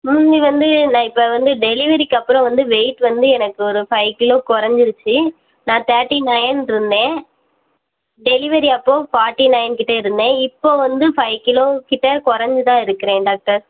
முந்தி வந்து நான் இப்போ வந்து டெலிவரிக்கு அப்புறம் வந்து வெயிட் வந்து எனக்கு ஒரு ஃபைவ் கிலோ குறைஞ்சிருச்சி நான் தேர்ட்டி நைன் இருந்தேன் டெலிவரி அப்போது ஃபார்ட்டி நைன் கிட்டே இருந்தேன் இப்போது வந்து ஃபைவ் கிலோ கிட்டே குறைஞ்சி தான் இருக்கிறேன் டாக்டர்